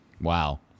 wow